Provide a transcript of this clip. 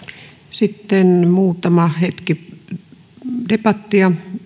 sitten muutama hetki debattia